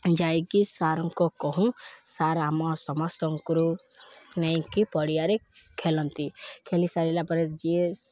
ଯାଇକି ସାର୍ଙ୍କୁ କହୁଁ ସାର୍ ଆମ ସମସ୍ତଙ୍କରୁ ନେଇକି ପଡ଼ିଆରେ ଖେଲନ୍ତି ଖେଲି ସାରିଲା ପରେ ଯିଏ